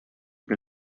que